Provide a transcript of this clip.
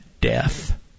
death